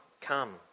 come